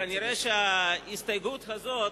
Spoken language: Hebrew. כנראה ההסתייגות הזאת